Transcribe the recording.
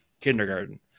kindergarten